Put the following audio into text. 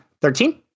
Thirteen